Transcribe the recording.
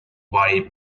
bodied